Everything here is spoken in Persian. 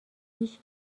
هیچ